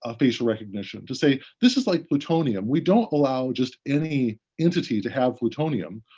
ah facial recognition. to say, this is like plutonium, we don't allow just any entity to have plutonium.